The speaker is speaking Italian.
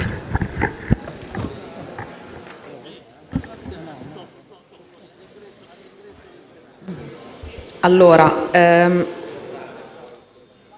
allora